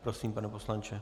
Prosím, pane poslanče.